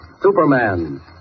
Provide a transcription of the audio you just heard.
Superman